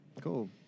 cool